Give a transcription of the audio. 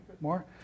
more